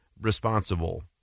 responsible